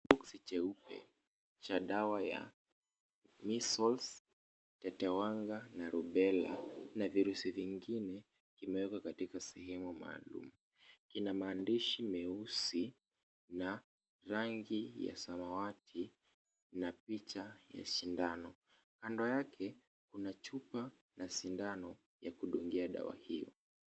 Kiboksi cheupe cha dawa ya Measles, tetewanga na Rubella na virusi vingine vimewekwa katika sehemu maalum. Kina maandishi meusi na rangi ya samawati na picha ya sindano. Kando yake kuna chupa na sindano ya kudungia dawa hiyo.